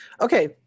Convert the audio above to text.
Okay